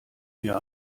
mir